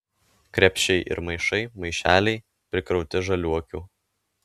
krepšiai ir maišai maišeliai prikrauti žaliuokių